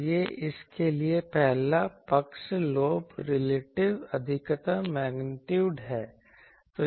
तो यह इसके लिए पहला पक्ष लोब रिलेटिव अधिकतम मेग्नीट्यूड है